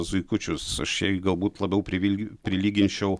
zuikučius aš jai galbūt labiau privil prilyginčiau